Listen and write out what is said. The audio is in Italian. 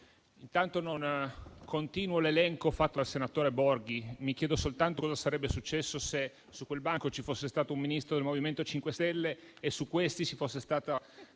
Santanchè, non continuo l'elenco fatto dal senatore Borghi, ma mi chiedo soltanto cosa sarebbe successo se su quel banco ci fosse stato un Ministro del MoVimento 5 Stelle e su questi ci fossero stati